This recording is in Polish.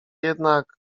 jednak